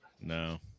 No